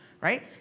right